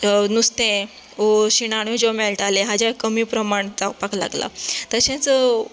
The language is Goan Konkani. नुस्तें ओ शिण्याण्यो जें मेळटाले हाजे कमी प्रमाण जावपाक लागलां तशेंच